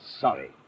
Sorry